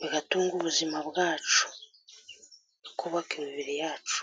bigatunga ubuzima bwacu. Tukubaka imibiri yacu.